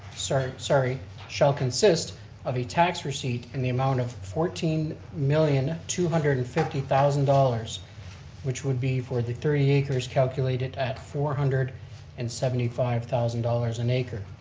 sorry, shall consist of a tax receipt in the amount of fourteen million two hundred and fifty thousand dollars which would be for the thirty acres calculated at four hundred and seventy five thousand dollars an acre.